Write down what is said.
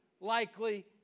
likely